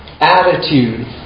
attitude